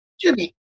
jimmy